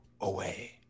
away